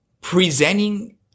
presenting